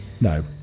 No